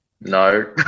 No